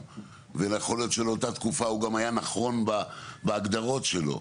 ויכול להיות שלאותה תקופה הוא גם היה נכון בהגדרות שלו.